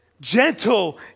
gentle